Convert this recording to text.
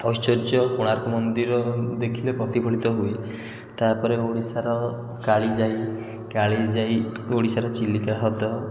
ଐଶ୍ୱର୍ଯ୍ୟ କୋଣାର୍କ ମନ୍ଦିର ଦେଖିଲେ ପ୍ରତିଫଳିତ ହୁଏ ତା'ପରେ ଓଡ଼ିଶାର କାଳିଜାଇ କାଳିଜାଇ ଓଡ଼ିଶାର ଚିଲିକା ହ୍ରଦ